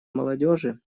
молодежи